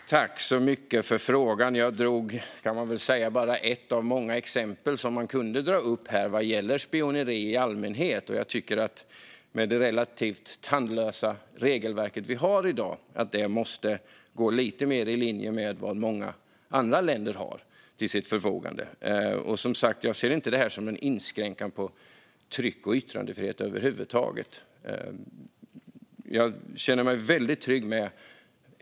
Fru talman! Tack så mycket för frågan! Jag drog bara ett av många exempel som man kunde dra upp vad gäller spioneri i allmänhet. Jag tycker att det regelverk vi har, som i dag är relativt tandlöst, måste gå lite mer i linje med vad många andra länder har till sitt förfogande. Som sagt ser jag inte detta som en inskränkning i tryck och yttrandefriheten över huvud taget.